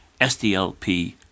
SDLP